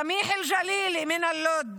סמיח אלג'לילי מלוד,